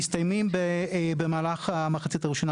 הם מסתיימים במהלך המחצית הראשונה